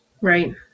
Right